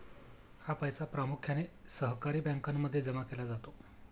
हा पैसा प्रामुख्याने सहकारी बँकांमध्ये जमा केला जातो